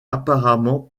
apparemment